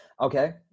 okay